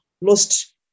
lost